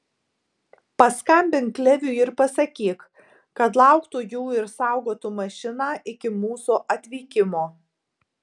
paskambink leviui ir pasakyk kad lauktų jų ir saugotų mašiną iki mūsų atvykimo